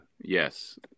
Yes